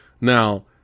Now